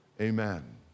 Amen